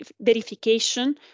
verification